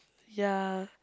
ya